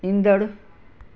ईंदड़